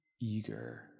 eager